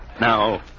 Now